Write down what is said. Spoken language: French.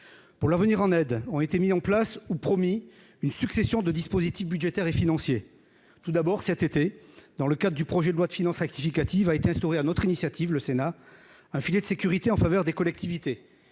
pour leur venir en aide, ont été mis en place ou promis une succession de dispositif budgétaire et financier tout d'abord cet été dans le cas du projet de loi de finances rectificative a été instauré à notre initiative, le Sénat, un filet de sécurité en faveur des collectivités